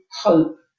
hope